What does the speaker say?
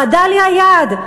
רעדה לי היד.